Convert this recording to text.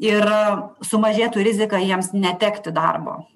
ir sumažėtų rizika jiems netekti darbo